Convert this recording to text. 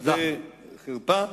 זו חרפה.